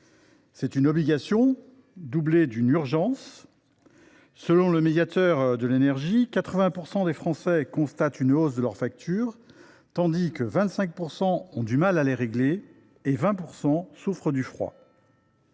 C’est une obligation, doublée d’une urgence : selon le médiateur national de l’énergie, 80 % des Français constatent une hausse de leurs factures, tandis que 25 % ont du mal à les régler et que 20 % souffrent du froid.